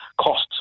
costs